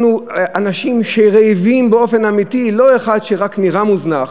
אנשים שרעבים באופן אמיתי, לא אחד שרק נראה מוזנח.